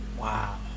Wow